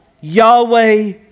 Yahweh